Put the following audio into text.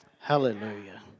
Hallelujah